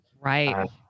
Right